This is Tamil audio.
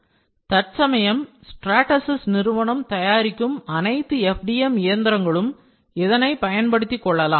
தற்சமயம் ஸ்ட்ராடசிஸ் நிறுவனம் தயாரிக்கும் அனைத்து FDM இயந்திரங்களும் இதனை பயன்படுத்திக் கொள்ளலாம்